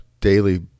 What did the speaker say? daily